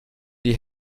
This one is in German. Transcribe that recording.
die